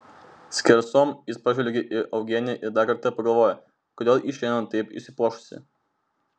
skersom jis pažvelgia į eugeniją ir dar kartą pagalvoja kodėl ji šiandien taip išsipuošusi